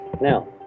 Now